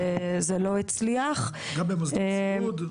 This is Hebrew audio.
גם במוסדות סיעוד?